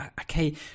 okay